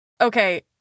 Okay